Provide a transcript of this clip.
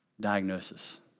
Diagnosis